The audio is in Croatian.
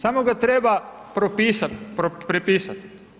Samo ga treba prepisati.